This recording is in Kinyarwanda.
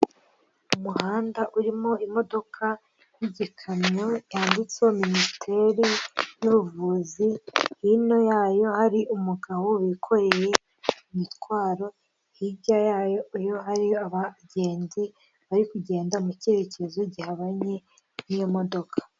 Umuhanda urimo imodoka n'igikamyo cyanditseho minisiteri y'ubuvuzi, hino yayo hari umugabo wikoreye imitwaro, hirya yayo hariyo abajenti bari kugenda mu kerekezo gihabanye n'iyo modoka.